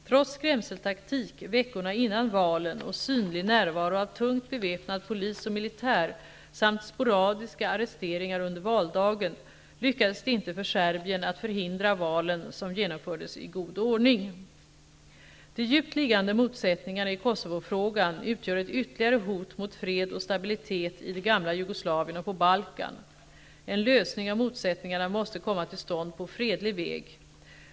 Trots skrämseltaktik veckorna innan valen och synlig närvaro av tungt beväpnad polis och militär samt sporadiska arresteringar under valdagen lyckades det inte för Serbien att förhindra valen som genomfördes i god ordning. De djupt liggande motsättningarna i Kosovo-frågan utgör ett ytterligare hot mot fred och stabilitet i det gamla Jugoslavien och på Balkan. En lösning av motsättningarna måste komma till stånd på fredlig väg.